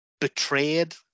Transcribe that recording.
betrayed